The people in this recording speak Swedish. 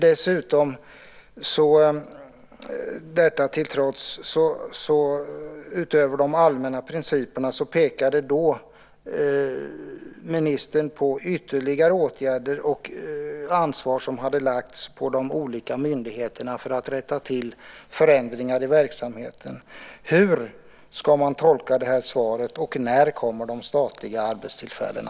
Detta till trots och utöver de allmänna principerna pekade ministern då på ytterligare åtgärder och ansvar som hade lagts på de olika myndigheterna för att rätta till avseende förändringar i verksamheten. Hur ska man tolka det här svaret, och när kommer de statliga arbetstillfällena?